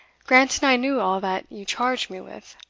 granting i knew all that you charge me with.